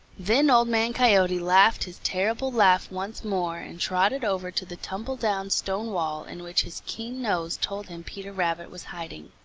then old man coyote laughed his terrible laugh once more and trotted over to the tumble-down stone-wall in which his keen nose told him peter rabbit was hiding.